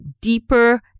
deeper